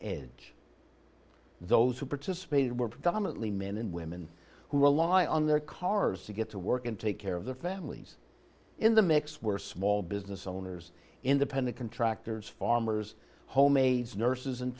edge those who participated were predominantly men and women who rely on their cars to get to work and take care of their families in the mix where small business owners independent contractors farmers homemade nurses and